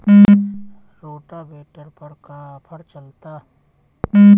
Rotavator पर का offer चलता?